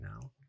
now